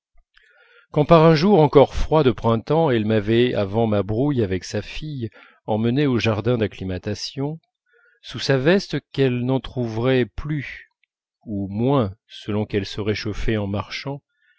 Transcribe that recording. quand par un jour encore froid de printemps elle m'avait avant ma brouille avec sa fille emmené au jardin d'acclimatation sous sa veste qu'elle entr'ouvrait plus ou moins selon qu'elle se réchauffait en marchant